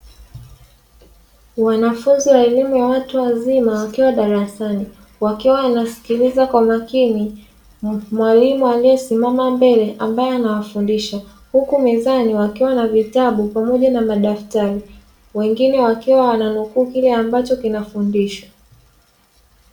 Wanafunzi wa elimu ya watu wazama wakiwa darasani, wakiwa wanasikiliza kwa makini mwalimu aliyesimama mbele ambaye anawafundisha. Huku mezani wakiwa na vitabu pamoja na madftari, wengine wakiwa wananukuu kile ambacho kinafundishwa.